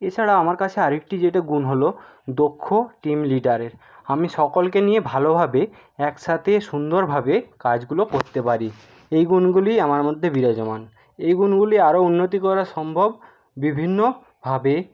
এছাড়া আমার কাছে আর একটি যেটা গুণ হলো দক্ষ টিম লিডারের আমি সকলকে নিয়ে ভালোভাবে একসাতে সুন্দরভাবে কাজগুলো করতে পারি এই গুণগুলিই আমার মধ্যে বিরাজমান এই গুণগুলি আর উন্নতি করা সম্ভব বিভিন্নভাবে